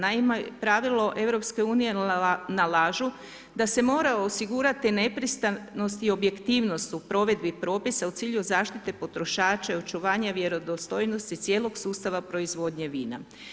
Naime, pravilo EU nalažu da se mora osigurati nepristranost i objektivnost u provedbi propisa u cilju zaštite potrošača i očuvanje vjerodostojnosti cijelog sustava proizvodnje vina.